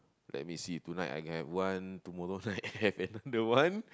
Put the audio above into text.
let me see tonight I can have one tomorrow night i have another one